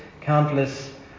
countless